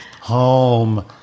home